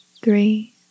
Three